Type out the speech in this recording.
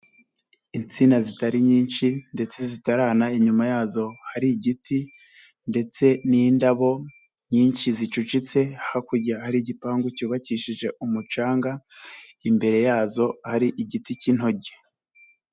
Insina zitari nyinshi ndetse zitarana inyuma yazo hari igiti ndetse n'indabo nyinshi zicucitse, hakurya hari igipangu cyubakishije umucanga, imbere yazo ari igiti cy'intoryi.